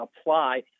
apply